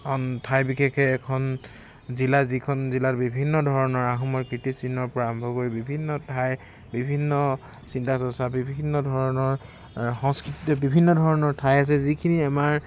এখন ঠাই বিশেষে এখন জিলা যিখন জিলাত বিভিন্ন ধৰণৰ আহোমৰ কীৰ্তিচিহ্নৰ পৰা আৰম্ভ কৰি বিভিন্ন ঠাই বিভিন্ন চিন্তা চৰ্চা বিভিন্ন ধৰণৰ সংস্কৃতি বিভিন্ন ধৰণৰ ঠাই আছে যিখিনি আমাৰ